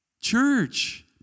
Church